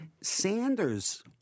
Sanders